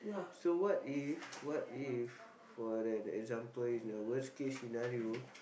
so what if what if for an example in a worst case scenario